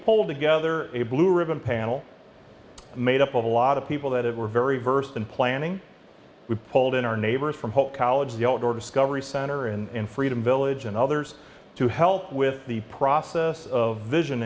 pulled together a blue ribbon panel made up of a lot of people that were very versed in planning we pulled in our neighbors from whole college the outdoor discovery center in freedom village and others to help with the process of vision